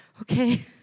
Okay